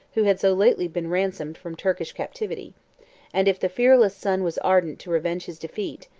who had so lately been ransomed from turkish captivity and, if the fearless son was ardent to revenge his defeat,